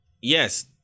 yes